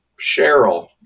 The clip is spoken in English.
Cheryl